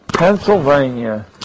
Pennsylvania